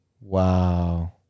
Wow